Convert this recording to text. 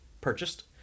purchased